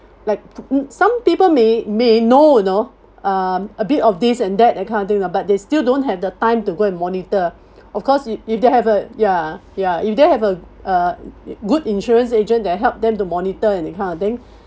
like some people may may know you know um a bit of this and that that kind of thing but they still don't have the time to go and monitor of course if if they have a ya ya if they have a uh a good insurance agent that help them to monitor and that kind of thing